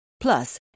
Plus